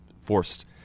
forced